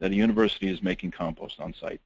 that a university is making compost on-site.